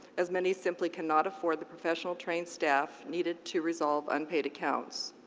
as many simply cannot afford the professional trained staff needed to resolve unpaid accounts.